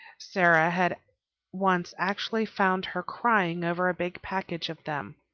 sara had once actually found her crying over a big package of them.